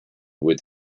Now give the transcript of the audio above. with